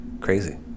Crazy